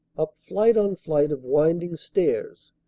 up flight on flight of winding stairs,